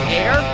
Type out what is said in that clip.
air